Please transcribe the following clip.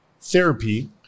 therapy